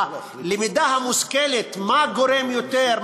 את הלמידה המושכלת מה גורם יותר,